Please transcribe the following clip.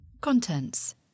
Contents